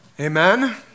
Amen